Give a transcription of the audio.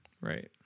Right